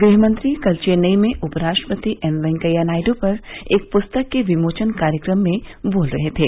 गृहमंत्री कल चेन्नई में उपराष्ट्रपति एम वेंकैया नायडू पर एक प्रस्तक के विमोचन कार्यक्रम में बोल रहे थे